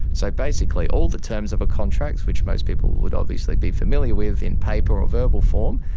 so basically all the terms of a contract, which most people would obviously be familiar with, in paper or verbal form,